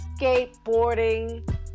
skateboarding